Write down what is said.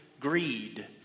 Greed